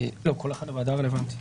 כל אחד לוועדה הרלוונטית.